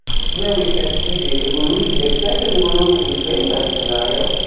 here we can see the evolution, expected evolution, this baseline scenario,